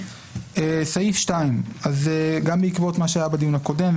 סעיף 2. גם בעקבות מה שהיה בדיון הקודם,